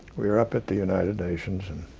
we were up at the united nations and